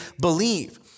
believe